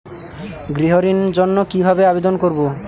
গৃহ ঋণ জন্য কি ভাবে আবেদন করব?